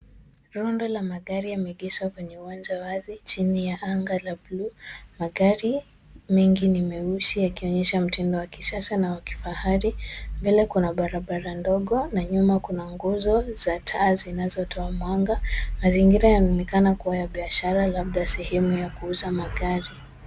Rundo la magari yameegeshwa kwenye uwanja wazi chini ya anga la bluu. Magari mengi ni meusi yakionyesha mtindo wa kisasa na wa kifahari. Mbele kuna barabara ndogo na nyuma kuna nguzo za taa zinazotoa mwanga mazingira yanayo onekana kuwa ya biashara labda sehemu ya kuuza magari.